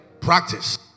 Practice